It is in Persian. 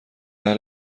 اهل